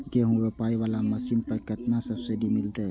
गेहूं रोपाई वाला मशीन पर केतना सब्सिडी मिलते?